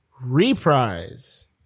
Reprise